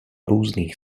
různých